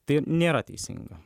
tai nėra teisinga